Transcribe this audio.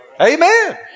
Amen